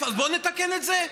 בוא נתקן את זה.